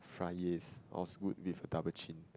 fries yes all's good is a double chin